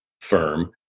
firm